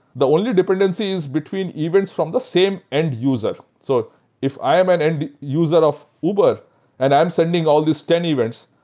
the only dependency is between events from the same end user. so if i'm an end user of uber and i'm sending all these ten events,